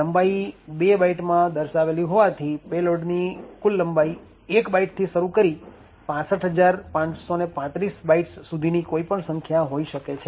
લંબાઈ બે બાઈટમાં દર્શાવેલી હોવાથી પેલોડની લંબાઈ ૧ બાઈટથી શરુ કરી ૬૫૫૩૫ બાઈટસ સુધીની કોઈપણ સંખ્યા હોઈ શકે છે